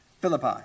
Philippi